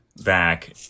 back